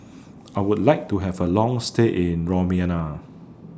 I Would like to Have A Long stay in Romania